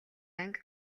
анги